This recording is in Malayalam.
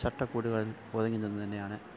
ചട്ടക്കൂടുകളില് ഒതുങ്ങി നിന്നുതന്നെയാണ്